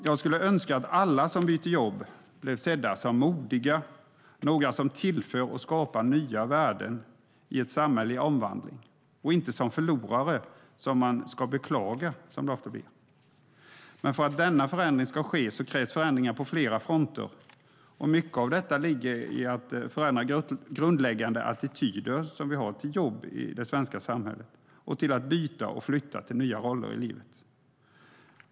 Jag skulle önska att alla som byter jobb blev sedda som modiga och som några som tillför och skapar nya värden i ett samhälle i omvandling och inte som förlorare som man ska beklaga. Men för att denna förändring ska ske krävs förändringar på flera fronter. Mycket av detta handlar om att förändra grundläggande attityder till jobb i det svenska samhället och till att byta och flytta till nya roller i livet.